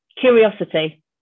Curiosity